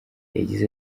yagize